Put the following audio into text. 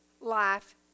life